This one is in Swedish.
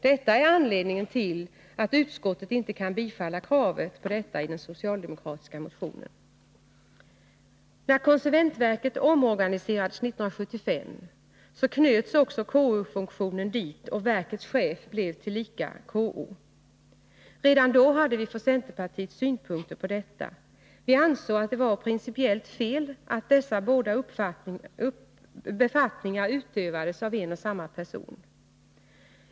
Detta är anledningen till att utskottet inte kan biträda kravet i den socialdemokratiska motionen. När konsumentverket omorganiserades 1975 knöts också KO-funktionen dit, och verkets chef blev tillika KO. Redan då hade vi från centerpartiet synpunkter på detta. Vi ansåg att det var principiellt fel att dessa båda befattningar utövades av en och samma person.